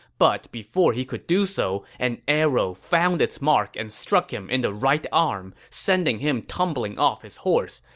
but before he could do so, an arrow found its mark and struck him in the right arm, sending him tumbling off his horse.